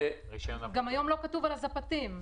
גם היום לא כתוב על הזפתים.